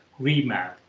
remap